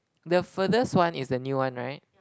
the furthest one is the new one right